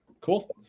Cool